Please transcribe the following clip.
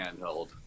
handheld